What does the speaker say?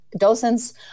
docents